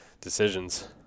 decisions